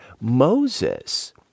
Moses